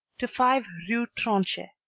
to five rue tronchet,